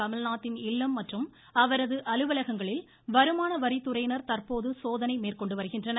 கமல்நாத்தின் இல்லம் மற்றும் அவரது அலுவலகங்களில் வருமான வரித்துறையினர் தற்போது சோதனை மேற்கொண்டு வருகின்றனர்